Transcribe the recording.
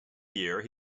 year